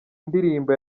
ndirimbo